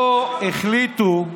פה החליטו,